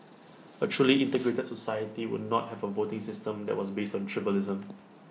A truly integrated society would not have A voting system that was based on tribalism